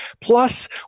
Plus